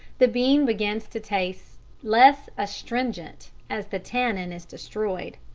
the bean begins to taste less astringent as the tannin is destroyed.